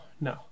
no